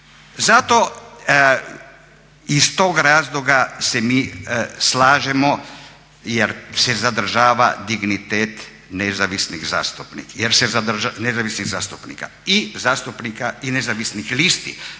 Zato iz tog razloga se mi slažemo jer se zadržava dignitet nezavisnih zastupnika i zastupnika i ne zavisnih listi.